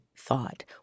thought